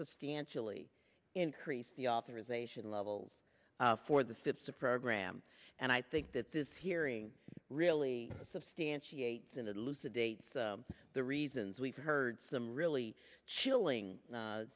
substantially increase the authorization levels for the fits the program and i think that this hearing really substantiates into loose a date for the reasons we've heard some really chilling